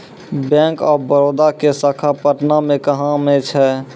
Bank of Baroda के शाखा पटना मे कहां मे छै?